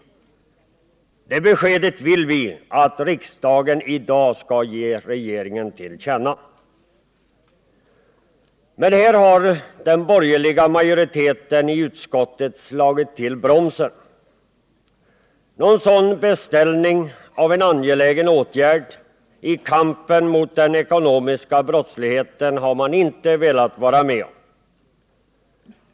Det vill vi att riksdagen i dag skall ge regeringen till känna. Men här har den borgerliga majoriteten i utskottet slagit till bromsen. Någon sådan beställning av en angelägen åtgärd i kampen mot den Nr 48 ekonomiska brottsligheten har man inte velat vara med om.